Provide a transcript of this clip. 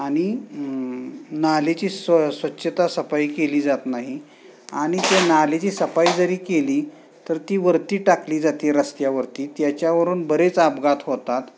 आणि नालेची स्व स्वच्छता सफाई केली जात नाही आणि त्या नालेची सफाई जरी केली तर ती वरती टाकली जाते रस्त्यावरती त्याच्यावरून बरेच अपघात होतात